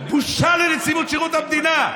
בושה לנציבות שירות המדינה.